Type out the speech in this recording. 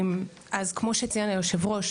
כמו שציין היו"ר,